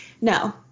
No